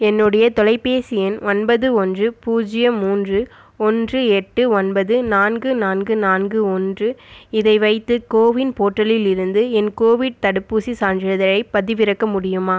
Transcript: என்னுடைய தொலைபேசி எண் ஒன்பது ஒன்று பூஜ்ஜியம் மூன்று ஒன்று எட்டு ஒன்பது நான்கு நான்கு நான்கு ஒன்று இதை வைத்து கோவின் போர்ட்டலிலிருந்து என் கோவிட் தடுப்பூசிச் சான்றிதழைப் பதிவிறக்க முடியுமா